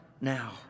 now